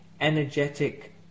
energetic